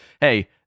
hey